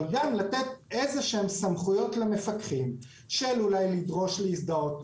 אבל גם לתת איזשהן סמכויות למפקחים של אולי לדרוש להזדהות,